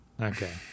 Okay